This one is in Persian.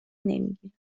نمیگیره